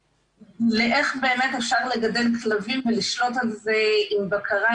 לאיך באמת אפשר לגדל כלבים ולשלוט על זה עם בקרה,